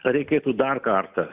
reikėtų dar kartą